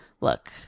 Look